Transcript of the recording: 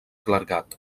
clergat